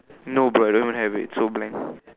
no bro I don't have it so blank